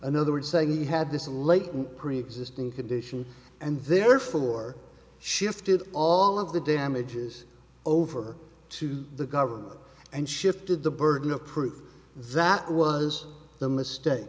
another word saying he had this a latent preexisting condition and therefore shifted all of the damages over to the government and shifted the burden of proof that was the mistake